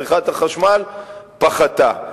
צריכת החשמל פחתה.